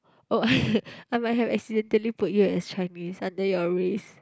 oh I might have accidentally put you as Chinese under your race